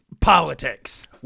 Politics